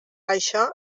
això